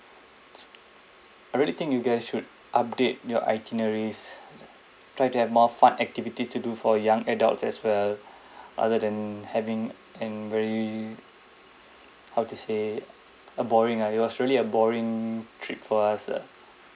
I really think you guys should update your itineraries try to have more fun activities to do for young adults as well other than having and very how to say uh boring ah it was really a boring trip for us ah